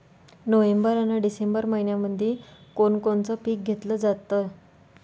November अन December मइन्यामंधी कोण कोनचं पीक घेतलं जाते?